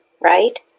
right